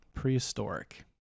prehistoric